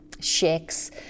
shakes